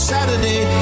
Saturday